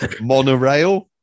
Monorail